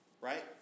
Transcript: Right